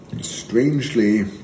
strangely